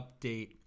update